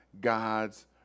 God's